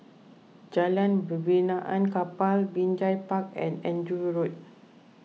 Jalan Benaan Kapal Binjai Park and Andrew Road